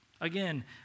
Again